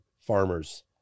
farmers